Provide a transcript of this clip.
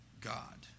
God